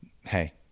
hey